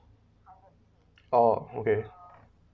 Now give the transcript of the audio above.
orh okay